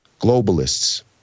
Globalists